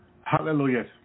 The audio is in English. Hallelujah